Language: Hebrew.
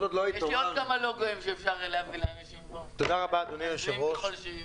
תודה רבה, אדוני היושב-ראש.